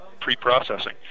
pre-processing